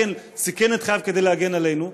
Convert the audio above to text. סיכן את חייו כדי להגן עלינו,